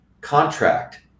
contract